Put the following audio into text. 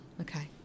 Okay